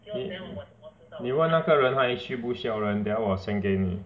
你你问那个人还需不需要人等一下我 send 给你